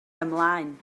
ymlaen